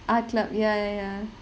art club ya ya ya